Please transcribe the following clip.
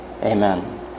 Amen